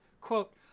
quote